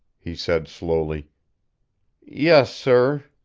he said slowly yes, sir.